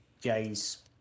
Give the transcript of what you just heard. Jay's